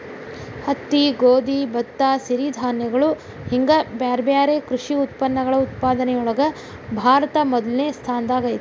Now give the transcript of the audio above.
ಹತ್ತಿ, ಗೋಧಿ, ಭತ್ತ, ಸಿರಿಧಾನ್ಯಗಳು ಹಿಂಗ್ ಬ್ಯಾರ್ಬ್ಯಾರೇ ಕೃಷಿ ಉತ್ಪನ್ನಗಳ ಉತ್ಪಾದನೆಯೊಳಗ ಭಾರತ ಮೊದಲ್ನೇ ಸ್ಥಾನದಾಗ ಐತಿ